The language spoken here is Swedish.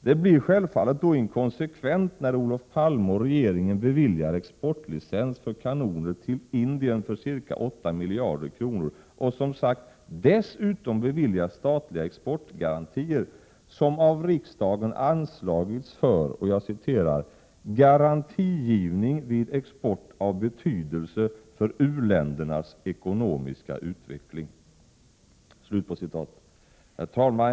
Det blir självfallet inkonsekvent när Olof Palme och regeringen beviljar exportlicens för kanoner till Indien för ca 8 miljarder kronor, och som sagt, dessutom beviljar statliga exportgarantier, som av riksdagen anslagits för ”garantigivning vid export av betydelse för uländernas ekonomiska utveckling”. | Herr talman!